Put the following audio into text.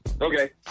Okay